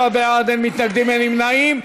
49 בעד, אין מתנגדים, אין נמנעים.